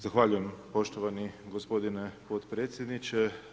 Zahvaljujem poštovani gospodine potpredsjedniče.